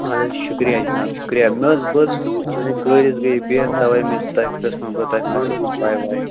اَدٕ حظ شُکریہ جناب شُکریہ نہ حظ بہٕ حظ گٲڑۍ حظ گٔے بِہِتھ تَوٕے مےٚ تۄہہِ پرژھیٚمَو بہٕ تۄہہِ ما آسیو کانٛہہ پاے واے